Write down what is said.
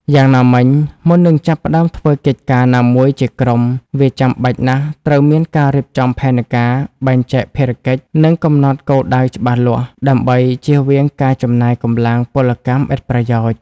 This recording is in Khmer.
យ៉ាងណាមិញមុននឹងចាប់ផ្ដើមធ្វើកិច្ចការណាមួយជាក្រុម វាចាំបាច់ណាស់ត្រូវមានការរៀបចំផែនការ បែងចែកភារកិច្ច និងកំណត់គោលដៅច្បាស់លាស់ ដើម្បីជៀសវាងការចំណាយកម្លាំងពលកម្មឥតប្រយោជន៍។